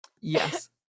Yes